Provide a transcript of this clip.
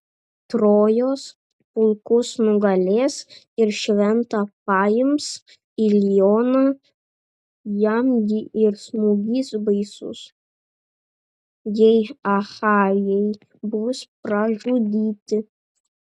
trojos pulkus nugalės ir šventą paims ilioną jam gi ir smūgis baisus jei achajai bus pražudyti